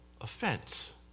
offense